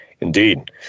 Indeed